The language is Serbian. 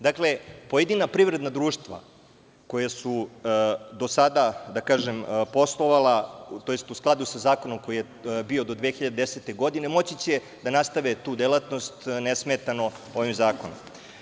Dakle, pojedina privredna društva koja su do sada, da kažem, poslovala, tj u skladu sa zakonom koji je bio do 2010. godine, moći će da nastave tu delatnost nesmetano ovim zakonom.